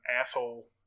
asshole